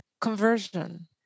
conversion